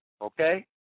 Okay